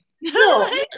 No